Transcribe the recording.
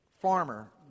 farmer